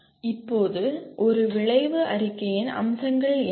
இப்போது ஒரு விளைவு அறிக்கையின் அம்சங்கள் என்ன